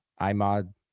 iMod